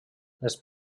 les